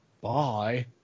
Bye